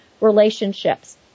relationships